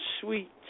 sweet